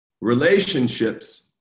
relationships